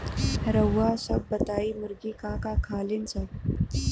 रउआ सभ बताई मुर्गी का का खालीन सब?